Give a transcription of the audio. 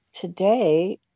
today